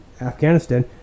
Afghanistan